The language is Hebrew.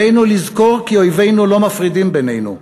עלינו לזכור כי אויבינו לא מפרידים בינינו,